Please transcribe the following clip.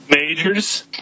Majors